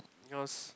because